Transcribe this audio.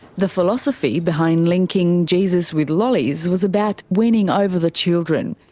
the philosophy behind linking jesus with lollies was about winning over the children.